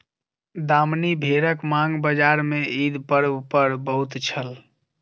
दामनी भेड़क मांग बजार में ईद पर्व पर बहुत छल